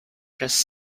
just